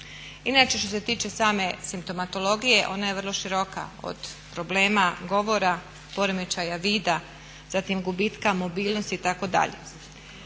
Inače što se tiče same simptomatologije ona je vrlo široka od problema govora, poremećaja vida, zatim gubitka mobilnosti itd.